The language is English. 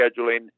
scheduling